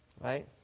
Right